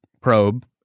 probe